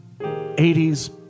80s